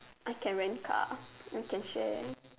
I can rent car then can share